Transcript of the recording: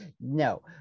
No